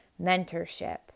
Mentorship